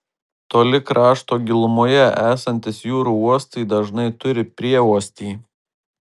toli krašto gilumoje esantys jūrų uostai dažnai turi prieuostį